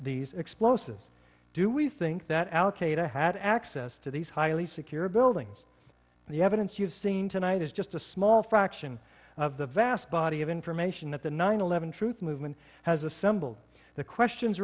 these explosives do we think that al qaeda had access to these highly secure buildings and the evidence you've seen tonight is just a small fraction of the vast body of information that the nine eleven truth movement has assembled the questions